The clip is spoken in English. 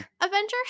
Avengers